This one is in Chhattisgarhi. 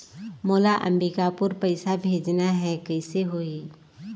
मोला अम्बिकापुर पइसा भेजना है, कइसे होही?